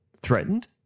threatened